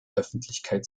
öffentlichkeit